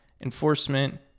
enforcement